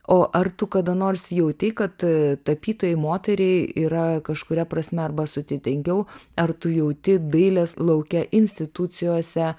o ar tu kada nors jautei kad tapytojai moteriai yra kažkuria prasme arba sudėtingiau ar tu jauti dailės lauke institucijose